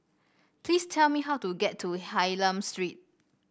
please tell me how to get to Hylam Street